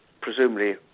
presumably